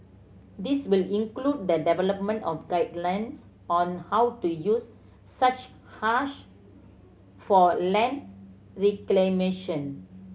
this will include the development of guidelines on how to use such hash for land reclamation